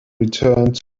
returned